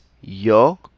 Yo